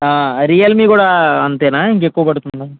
Realme కూడా అంతేనా ఇంక ఎక్కువ పడుతుందా